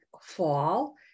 fall